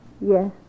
Yes